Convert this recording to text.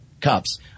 cups